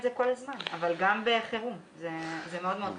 זה כל הזמן אבל גם בחירום זה מאוד מאוד חשוב.